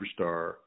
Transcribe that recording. superstar